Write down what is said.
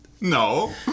No